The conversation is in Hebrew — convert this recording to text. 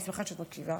אני שמחה שאת מקשיבה,